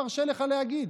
50 חברי כנסת נגד.